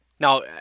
Now